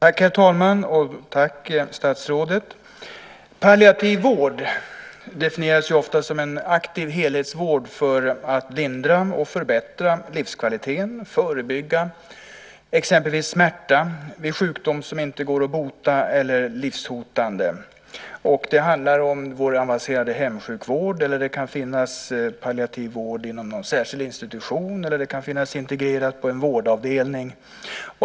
Herr talman! Tack, statsrådet! Palliativ vård definieras ofta som en aktiv helhetsvård för att lindra, förbättra livskvaliteten och förebygga exempelvis smärta vid sjukdom som det inte går att bota, som är livshotande. Det handlar om vår avancerade hemsjukvård. Palliativ vård kan finnas inom en särskild institution eller integrerad på en vårdavdelning.